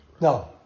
No